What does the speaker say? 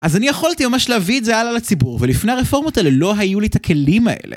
אז אני יכולתי ממש להביא את זה הלאה לציבור, ולפני הרפורמות האלה לא היו לי את הכלים האלה.